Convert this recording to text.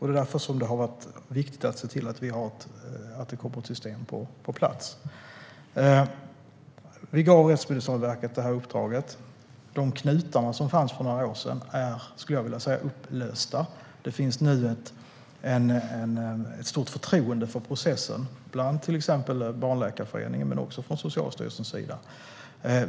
Det är därför det har varit viktigt att se till att det kommer ett system på plats. Vi gav Rättsmedicinalverket detta uppdrag. De knutar som fanns för några år sedan är upplösta, skulle jag vilja säga. Det finns nu ett stort förtroende för processen hos till exempel Barnläkarföreningen och Socialstyrelsen.